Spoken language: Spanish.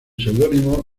seudónimo